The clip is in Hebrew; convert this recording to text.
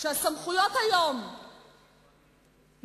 כשהסמכויות היום נרמסות,